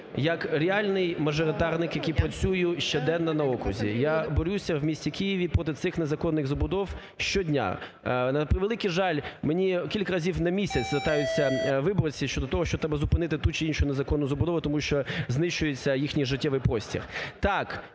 як реальний мажоритарник, який працює щоденно на окрузі, я борюся в місті Києві проти цих незаконних забудов щодня. На превеликий жаль, мені кілька разів на місяць звертаються виборці щодо того, що треба зупинити ту чи іншу незаконну забудову, тому що знищується їхній життєвий простір.